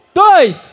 dois